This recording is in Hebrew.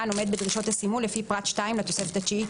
עומד בדרישות הסימון לפי פרט 2 לתוספת התשיעית,